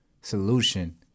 solution